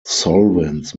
solvents